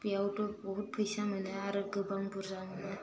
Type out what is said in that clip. बेयावथ' बहुत फैसा मोनो आरो गोबां बुरजा मोनो